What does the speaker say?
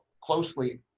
closely